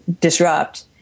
disrupt